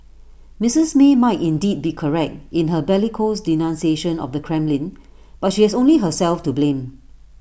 Mrs may might indeed be correct in her bellicose denunciation of the Kremlin but she has only herself to blame